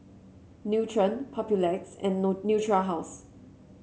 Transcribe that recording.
Nutren Papulex and Natura House